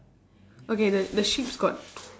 okay the the sheeps got